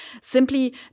simply